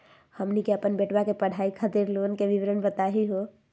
हमनी के अपन बेटवा के पढाई खातीर लोन के विवरण बताही हो?